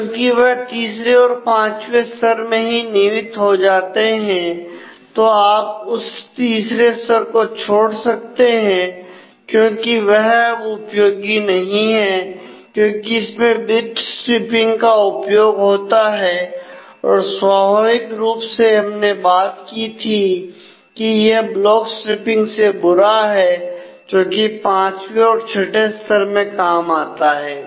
क्योंकि वह तीसरे और पांचवें स्तर में ही निहित हो जाते हैं तो आप उस तीसरे स्तर को छोड़ सकते हैं क्योंकि वह अब उपयोगी नहीं है क्योंकि इसमें बिट स्ट्रिपिंग का उपयोग होता है और स्वाभाविक रूप से हमने बात की थी कि यह ब्लॉक स्ट्रिपिंग से बुरा है जोकि पांचवें और छठे स्तर में काम आता है